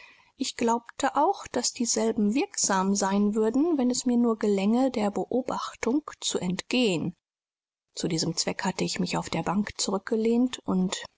ich glaubte auch daß dieselben wirksam sein würden wenn es mir nur gelänge der beobachtung zu entgehen zu diesem zweck hatte ich mich auf der bank zurückgelehnt und